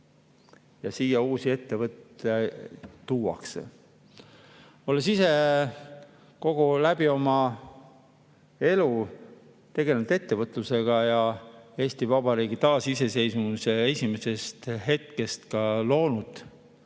ja siia uusi ettevõtteid tuuakse. Olen ise kogu elu tegelenud ettevõtlusega ja Eesti Vabariigi taasiseseisvumise esimesest hetkest loonud